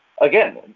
again